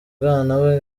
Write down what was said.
bwana